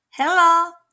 Hello